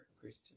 Christian